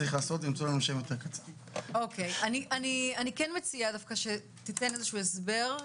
אני כן מציעה שתיתן הסבר.